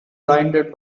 blinded